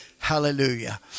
Hallelujah